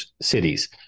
cities